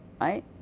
right